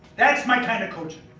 that's my kinda coachin'.